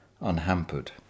unhampered